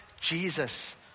Jesus